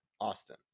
Austin